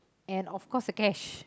and of course the cash